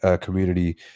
community